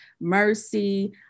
mercy